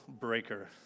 breaker